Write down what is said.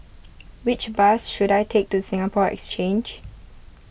which bus should I take to Singapore Exchange